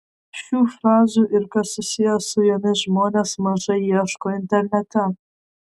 šių frazių ir kas susiję su jomis žmonės mažai ieško internete